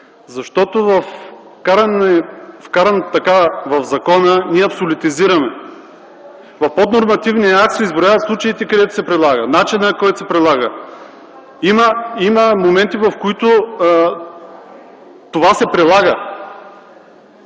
Защото вкаран така в закона, ние абсолютизираме. В поднормативния акт се изброяват случаите, където се предлага и начинът, който се предлага. Има моменти, в които това се прилага.